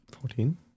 Fourteen